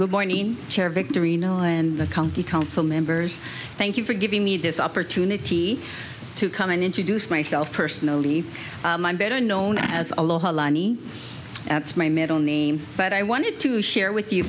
chair victory no and the county council members thank you for giving me this opportunity to come and introduce myself personally my better known as aloha lani that's my middle name but i wanted to share with you